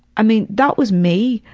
i mean that was me.